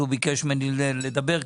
שהוא ביקש ממני לדבר כאן.